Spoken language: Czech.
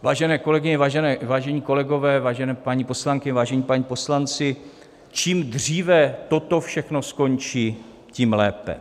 Vážené kolegyně, vážení kolegové, vážené paní poslankyně, vážení páni poslanci, čím dříve toto všechno skončí, tím lépe.